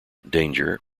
danger